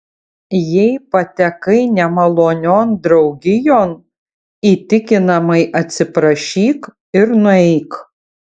jei patekai nemalonion draugijon įtikinamai atsiprašyk ir nueik